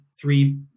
three